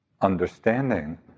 understanding